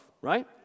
right